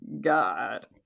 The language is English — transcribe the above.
God